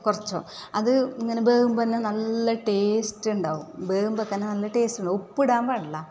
കുറച്ചു അത് ഇങ്ങനെ വെകുമ്പം തന്നെ നല്ല ടേസ്റ്റ്ണ്ടാവും വെകുമ്പം തന്നെ നല്ല ടേസ്റ്റുണ്ടാവും ഉപ്പിടാൻ പാടില്ല